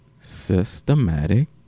Systematic